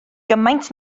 gymaint